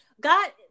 god